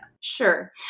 Sure